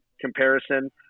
comparison